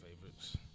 favorites